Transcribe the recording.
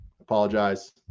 Apologize